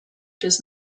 does